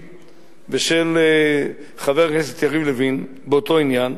ושל חבר הכנסת יריב לוין באותו עניין,